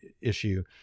issue